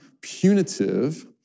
punitive